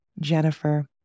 Jennifer